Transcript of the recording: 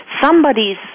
somebody's